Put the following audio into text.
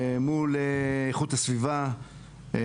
מול איכות הסביבה,